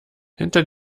hinter